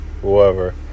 Whoever